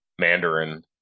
Mandarin